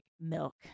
milk